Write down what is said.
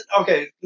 okay